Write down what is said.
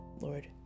Lord